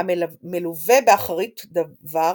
המלווה באחרית דבר